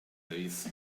days